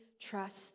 trust